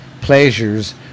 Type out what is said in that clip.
pleasures